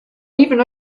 even